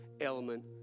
element